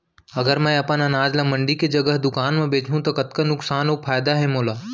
अगर मैं अपन अनाज ला मंडी के जगह दुकान म बेचहूँ त कतका नुकसान अऊ फायदा हे मोला?